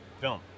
Film